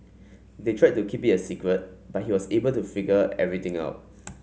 they tried to keep it a secret but he was able to figure everything out